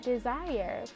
desire